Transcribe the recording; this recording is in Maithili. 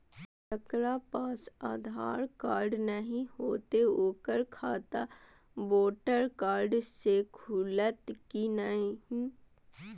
जकरा पास आधार कार्ड नहीं हेते ओकर खाता वोटर कार्ड से खुलत कि नहीं?